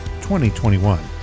2021